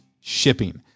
shipping